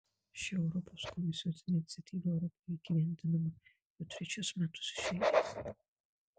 ši europos komisijos iniciatyva europoje įgyvendinama jau trečius metus iš eilės